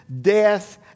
death